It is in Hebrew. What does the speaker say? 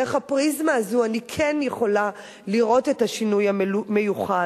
דרך הפריזמה הזאת אני כן יכולה לראות את השינוי המיוחל,